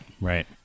Right